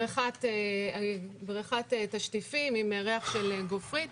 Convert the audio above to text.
בריכת תשטיפים עם ריח של גופרית,